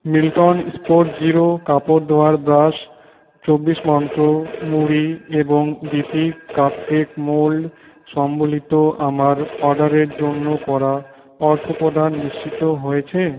Milton spotzero কাপড় ধোয়ার brush চব্বিশ মন্ত্র মুড়ি এবং ডি পি কাপকেক মোল্ড সম্বলিত আমার অর্ডারের জন্য করা অর্থপ্রদান নিশ্চিত হয়েছে